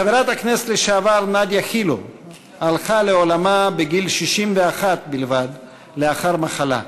חברת הכנסת לשעבר נאדיה חילו הלכה לעולמה בגיל 61 בלבד לאחר מחלה.